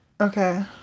Okay